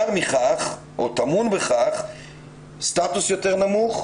טמון בכך סטטוס יותר נמוך,